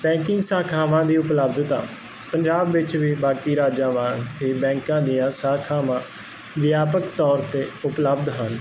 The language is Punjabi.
ਪੈਂਤੀ ਸਖਾਵਾਂ ਦੀ ਉਪਲੱਬਧਤਾ ਪੰਜਾਬ ਵਿੱਚ ਵੀ ਬਾਕੀ ਰਾਜਾਂ ਵਾਂਗ ਇਹ ਬੈਂਕਾਂ ਦੀਆਂ ਸਾਖਾਵਾਂ ਵਿਆਪਕ ਤੌਰ ਤੇ ਉਪਲੱਬਧ ਹਨ